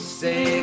say